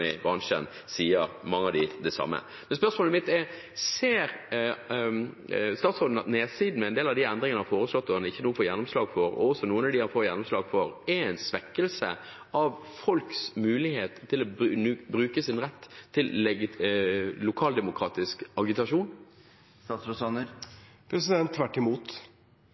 i bransjen sier det samme. Spørsmålet mitt er: Ser statsråden at nedsiden, med en del av de endringer som er foreslått – noen av dem får han ikke gjennomslag for, og noen av dem får han gjennomslag for – er en svekkelse av folks mulighet til å bruke sin rett til lokaldemokratisk agitasjon? Tvert imot: